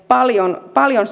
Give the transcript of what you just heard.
paljon paljon